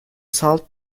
salt